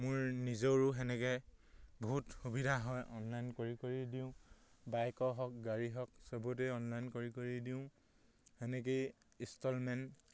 মোৰ নিজৰো সেনেকৈ বহুত সুবিধা হয় অনলাইন কৰি কৰি দিওঁ বাইকৰ হওক গাড়ীৰ হওক চবতে অনলাইন কৰি কৰি দিওঁ সেনেকৈয়ে ইনষ্টলমেণ্ট